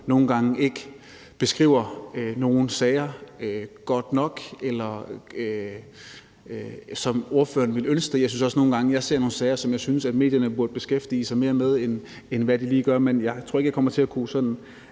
nogle gange ikke beskriver sager godt nok, og som ordføreren ville ønske det. Jeg synes også nogle gange, jeg ser nogle sager, som jeg synes medierne burde beskæftige sig mere med, end hvad de lige gør, men jeg tror ikke, jeg kommer til sådan